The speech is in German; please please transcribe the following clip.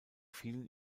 fielen